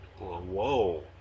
Whoa